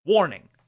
Warning